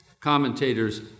Commentators